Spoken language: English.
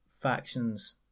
factions